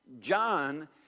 John